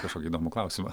kažkokį įdomų klausimą